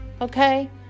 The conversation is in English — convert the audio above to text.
okay